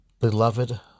Beloved